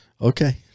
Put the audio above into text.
okay